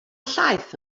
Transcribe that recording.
llaeth